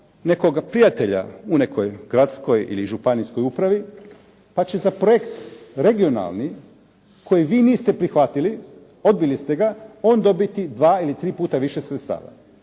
nekoga prijatelja u nekoj gradskoj ili županijskoj upravi, pa će za projekt regionalni koji vi niste prihvatili, odbili ste ga, on dobiti dva ili tri puta više sredstava.